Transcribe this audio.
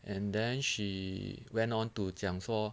and then she went on to 讲说